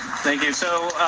thank you. so,